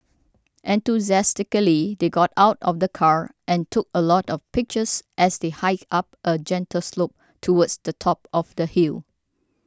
enthusiastically they got out of the car and took a lot of pictures as they hiked up a gentle slope towards the top of the hill